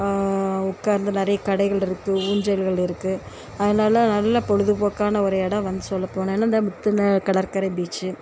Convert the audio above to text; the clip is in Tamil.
உட்காந்து நிறைய கடைகள் இருக்கு ஊஞ்சல்கள் இருக்கு அதனால நல்ல பொழுதுபோக்கான ஒரு இடம் வந்து சொல்லப்போனால் ஏன்னா இந்த முத்து ந கடற்கரை பீச்சு